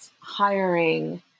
hiring